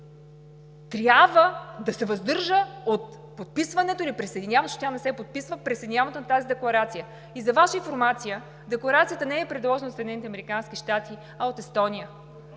трябва да се въздържа от подписването или присъединяването, защото тя не се подписва, присъединяването към тази декларация. И за Ваша информация, декларацията не е предложена от Съединените